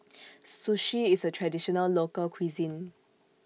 Sushi IS A Traditional Local Cuisine